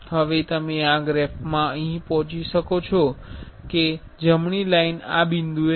હવે તમે આ ગ્રાફમાં અહીં જોઈ શકો છો કે જમણી લાઇન આ બિંદુએ છે